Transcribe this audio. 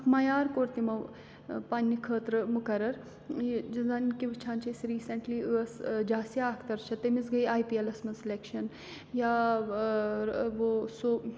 اکھ معیار کوٚر تِمو پنٛنہِ خٲطرٕ مُقرر زَن کہِ وٕچھان چھِ أسۍ ریٖسنٛٹلی ٲس جاسیا اختر چھِ تٔمِس گٔے آی پی ایلَس منٛز سِلٮ۪کشَن یا وہ سُہ